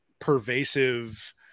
pervasive –